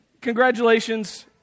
Congratulations